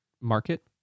market